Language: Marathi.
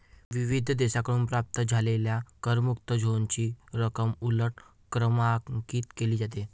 विविध देशांकडून प्राप्त झालेल्या करमुक्त झोनची रक्कम उलट क्रमांकित केली जाते